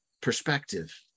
perspective